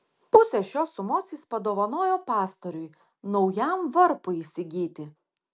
pusę šios sumos jis padovanojo pastoriui naujam varpui įsigyti